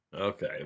Okay